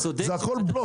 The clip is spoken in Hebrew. זה הכול בלוף,